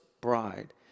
bride